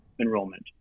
enrollment